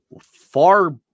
far